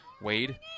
Wade